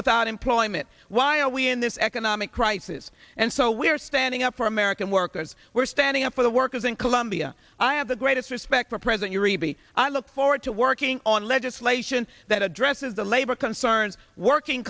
without employment why are we in this economic crisis and so we're standing up for american workers we're standing up for the workers in colombia i have the greatest respect for present your e b i look forward to working on legislation that addresses the labor concerns working